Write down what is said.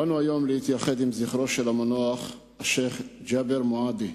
באנו היום להתייחד עם זכרו של המנוח השיח' ג'בר מועדי,